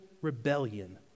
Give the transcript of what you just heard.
rebellion